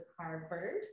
Harvard